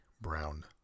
brown